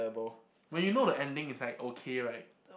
when you know the ending it's like okay right